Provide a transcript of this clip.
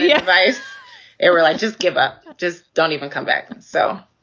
yeah. is it really just give up? just don't even come back, so